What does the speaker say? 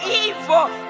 evil